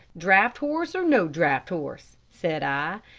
draught horse or no draught horse said i,